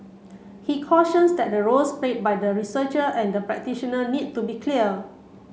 he cautions that the roles played by the researcher and the practitioner need to be clear